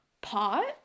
Pot